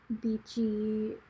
beachy